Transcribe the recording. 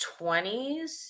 20s